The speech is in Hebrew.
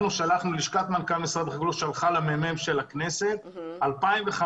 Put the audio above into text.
לשכת מנכ"ל משרד החקלאות שלחה למרכז המחקר והמידע של הכנסת: 2015